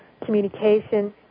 Communication